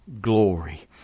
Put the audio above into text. glory